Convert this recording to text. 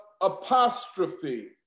apostrophe